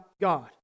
God